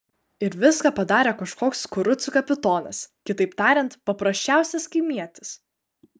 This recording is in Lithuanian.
ir viską padarė kažkoks kurucų kapitonas kitaip tariant paprasčiausias kaimietis